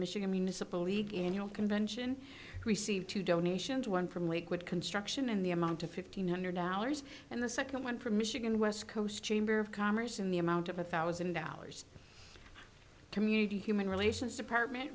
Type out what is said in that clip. annual convention receive two donations one from lakewood construction in the amount of fifteen hundred dollars and the second one for michigan west coast chamber of commerce in the amount of a thousand dollars community human relations department